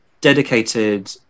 dedicated